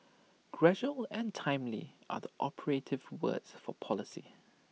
gradual and timely are the operative words for policy